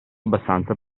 abbastanza